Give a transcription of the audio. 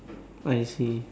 what is he